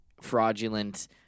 fraudulent